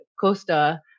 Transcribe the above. Costa